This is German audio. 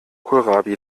kohlrabi